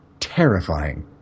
Terrifying